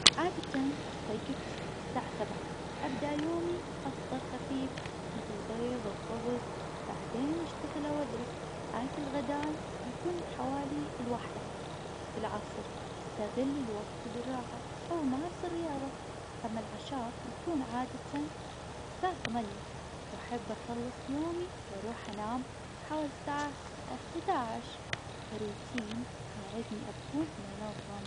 عادة استيقظ الس- الساعة سبعة. ابدأ يومي أفطر خفيف مثل بيض وخبز، بعدين أشتغل أو أدرس. أكل غداي يكون حوالي الواحدة. في العصر استغل الوقت للراحة أو أمارس الرياضة. أما العشاء يكون عادة الساعة ثمانية، وأحب أخلص يومي وأروح أنام حوالي الساعة احد عشر .ها الروتين يساعدني أكون منظم.